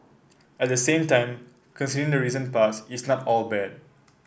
at the same time considering the recent past it's not all bad